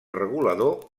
regulador